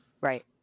Right